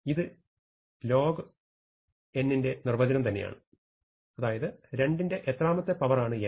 ഇത് log2 n ന്റെ നിർവചനം തന്നെയാണ് അതായത് 2 ന്റെ എത്രാമത്തെ പവർ ആണ് n